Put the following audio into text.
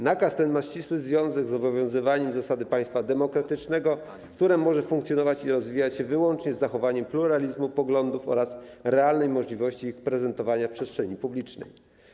Nakaz ten ma ścisły związek z obowiązywaniem zasady państwa demokratycznego, które może funkcjonować i rozwijać się wyłącznie z zachowaniem pluralizmu poglądów oraz realnej możliwości ich prezentowania w przestrzeni publicznej.